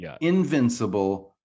invincible